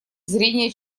зрения